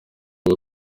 uwo